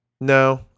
No